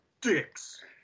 dicks